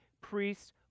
priest's